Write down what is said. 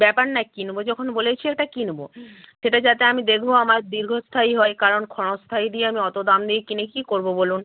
ব্যাপার নেই কিনব যখন বলেছি একটা কিনব সেটা যাতে আমি দেখব আমার দীর্ঘস্থায়ী হয় কারণ ক্ষণস্থায়ী দিয়ে আমি অত দাম দিয়ে কিনে কী করব বলুন